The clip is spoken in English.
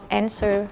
answer